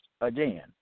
again